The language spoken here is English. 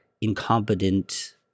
incompetent